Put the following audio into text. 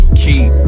keep